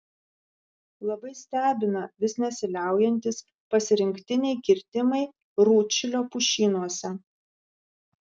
labai stebina vis nesiliaujantys pasirinktiniai kirtimai rūdšilio pušynuose